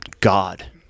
god